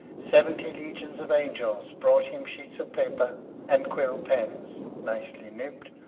seventy legions of angels brought him sheets of paper and quill pens, nicely nibbed,